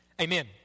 Amen